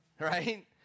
right